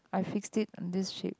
I fixed it on this shape